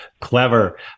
Clever